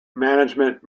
management